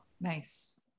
nice